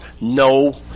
no